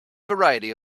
variety